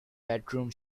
bedroom